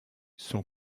son